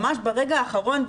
ממש ברגע האחרון,